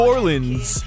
Orleans